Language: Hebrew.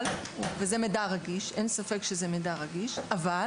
ואין ספק שזה מידע רגיש, אבל